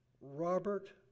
Robert